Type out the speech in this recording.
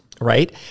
right